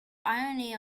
irony